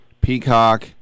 Peacock